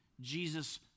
Jesus